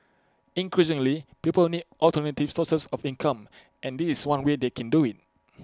increasingly people need alternative sources of income and this is one way they can do IT